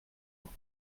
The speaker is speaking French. pour